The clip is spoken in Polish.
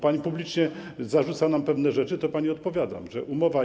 Pani publicznie zarzuca nam pewne rzeczy, to pani odpowiadam, że umowa jest.